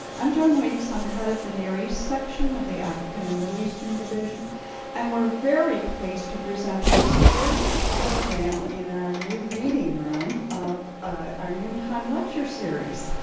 i'm joan weeks, i'm head of the near east section of the african and middle eastern division and we're very pleased to present this first program in our new reading room of our noontime lecture series.